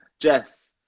Jess